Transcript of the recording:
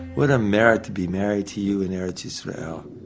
what a merit to be married to you in eretz yisrael.